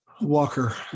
Walker